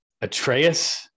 Atreus